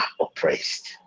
oppressed